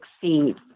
Succeed